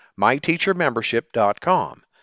MyTeacherMembership.com